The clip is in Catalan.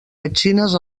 petxines